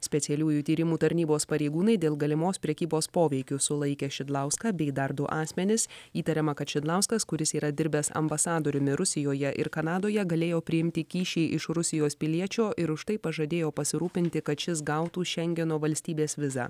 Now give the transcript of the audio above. specialiųjų tyrimų tarnybos pareigūnai dėl galimos prekybos poveikiu sulaikė šidlauską bei dar du asmenis įtariama kad šidlauskas kuris yra dirbęs ambasadoriumi rusijoje ir kanadoje galėjo priimti kyšį iš rusijos piliečio ir už tai pažadėjo pasirūpinti kad šis gautų šengeno valstybės vizą